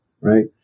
right